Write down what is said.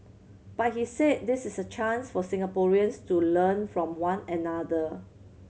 but he said this is a chance for Singaporeans to learn from one another